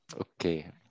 Okay